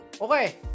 Okay